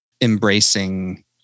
embracing